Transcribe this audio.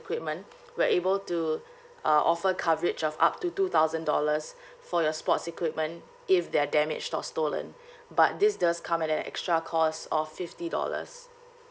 equipment we're able to uh offer coverage of up to two thousand dollars for your sports equipment if they're damaged not stolen but this does come at an extra cost of fifty dollars